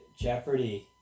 Jeopardy